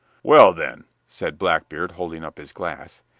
well, then, said blackbeard, holding up his glass,